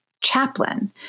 chaplain